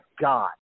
god